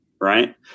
right